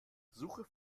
suche